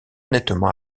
nettement